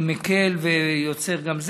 שמקל ויוצר גם זה,